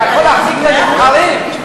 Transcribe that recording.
אתה יכול להחזיק את הנבחרים